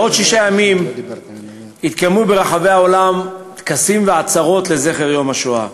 בעוד שישה ימים יתקיימו ברחבי העולם טקסים ועצרות לזכר יום השואה.